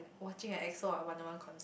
watching an EXO or Wanna-One concert